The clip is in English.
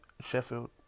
Sheffield